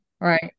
right